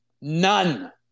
none